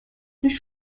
nicht